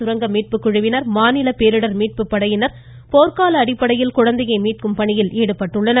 சுரங்க மீட்புக்குழுவினர் மாநில பேரிடர் மீட்பு படையினர் போர்க்கால அடிப்படையில் குழந்தையை மீட்கும் பணியில் ஈடுபட்டுள்ளனர்